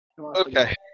Okay